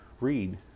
read